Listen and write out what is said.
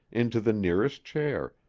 into the nearest chair,